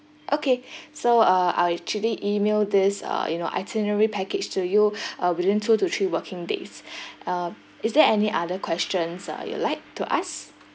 okay so uh I'll actually email this uh you know itinerary package to you uh within two to three working days uh is there any other questions uh you'd like to ask